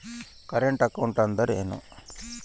Current account ಅಂದರೇನು?